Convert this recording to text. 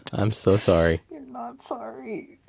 i'm so sorry you're not sorry.